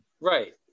Right